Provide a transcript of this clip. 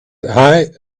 i—i